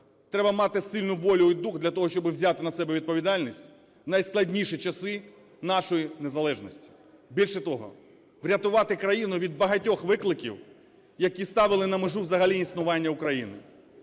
треба мати сильну волю і дух для того, щоб взяти на себе відповідальність у найскладніші часи нашої незалежності, більше того, врятувати країну від багатьох викликів, які ставили на межу взагалі існування України.